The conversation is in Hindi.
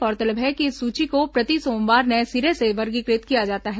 गौरतलब है कि इस सूची को प्रति सोमवार नये सिरे से वर्गीकृत किया जाता है